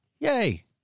Yay